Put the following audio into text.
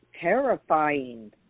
terrifying